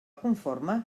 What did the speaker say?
conforme